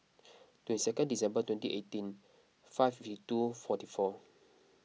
twenty second December twenty eighteen five fifty two forty four